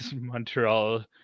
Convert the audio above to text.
Montreal